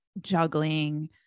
juggling